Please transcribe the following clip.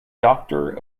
doctor